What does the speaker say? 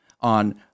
on